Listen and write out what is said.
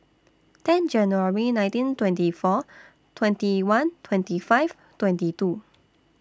ten January nineteen twenty four twenty one twenty five twenty two